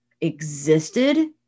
existed